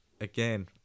again